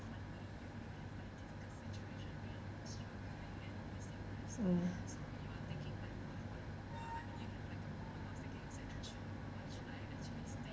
mm